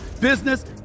business